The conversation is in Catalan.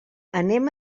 anem